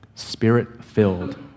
Spirit-filled